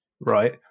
right